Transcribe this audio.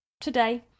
today